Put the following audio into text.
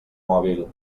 mòbil